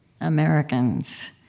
Americans